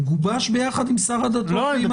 הוא גובש ביחד עם שר הדתות ועם הממונה.